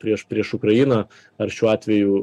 prieš prieš ukrainą ar šiuo atveju